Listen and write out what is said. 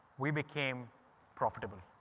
we became profitable.